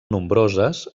nombroses